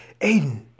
Aiden